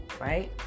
right